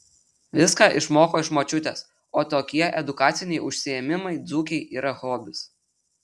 viską išmoko iš močiutės o tokie edukaciniai užsiėmimai dzūkei yra hobis